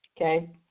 Okay